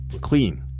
clean